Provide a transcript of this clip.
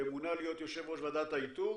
שמונה להיות יושב ראש ועדת האיתור,